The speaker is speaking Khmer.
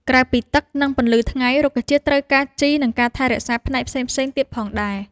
ក្រៅពីទឹក និងពន្លឺថ្ងៃ រុក្ខជាតិត្រូវការជី និងការថែរក្សាផ្នែកផ្សេងៗទៀតផងដែរ។